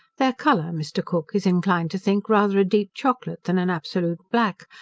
their colour, mr. cook is inclined to think rather a deep chocolate, than an absolute black,